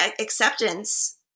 acceptance